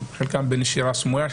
חלקם בנשירה סמויה,